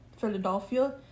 Philadelphia